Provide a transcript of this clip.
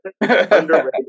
Underrated